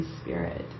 spirit